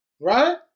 right